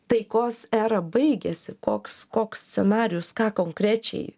taikos era baigėsi koks koks scenarijus ką konkrečiai